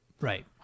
right